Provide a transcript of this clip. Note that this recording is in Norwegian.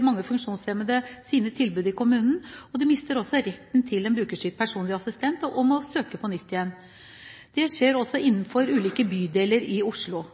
mange funksjonshemmede sine tilbud i kommunen ved flytting. De mister også retten til en brukerstyrt personlig assistent, og må søke på nytt. Dette skjer også innenfor ulike bydeler i Oslo.